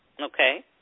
Okay